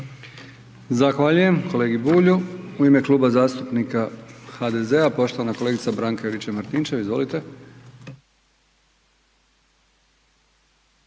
Zahvaljujem kolegi Bulju. U ime Kluba zastupnika HDZ-a poštovana kolegica Branka Juričev Martinčev. Izvolite.